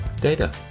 Data